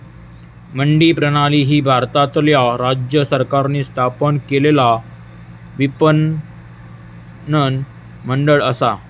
मंडी प्रणाली ही भारतातल्या राज्य सरकारांनी स्थापन केलेला विपणन मंडळ असा